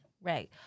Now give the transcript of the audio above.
right